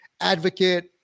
advocate